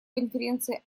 конференции